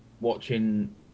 watching